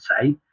say